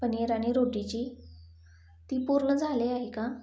पनीर आणि रोटीची ती पूर्ण झाली आहे का